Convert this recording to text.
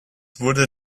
wurde